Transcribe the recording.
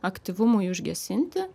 aktyvumui užgesinti